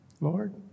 Lord